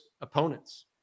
opponents